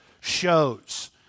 shows